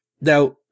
Now